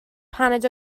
paned